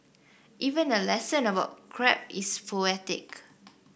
even a lesson about crab is poetic